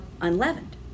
unleavened